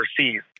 overseas